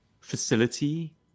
facility